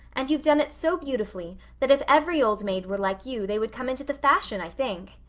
and you've done it so beautifully that if every old maid were like you they would come into the fashion, i think.